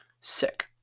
Sick